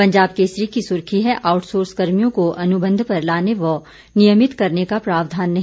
पंजाब केसरी की सुर्खी है आउटसोर्स कर्मियों को अनुबंध पर लाने व नियमित करने का प्रावधान नहीं